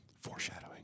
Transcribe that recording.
Foreshadowing